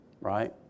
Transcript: Right